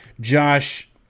Josh